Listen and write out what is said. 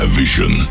vision